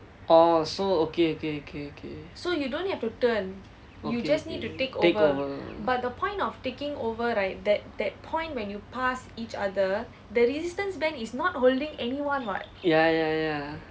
orh so okay okay okay okay okay okay takeover ya ya ya